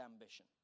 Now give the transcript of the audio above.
ambition